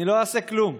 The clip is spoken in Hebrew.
אני לא אעשה כלום.